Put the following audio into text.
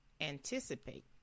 Anticipate